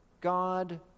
God